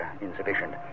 insufficient